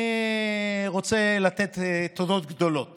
אני רוצה לתת תודות גדולות